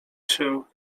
się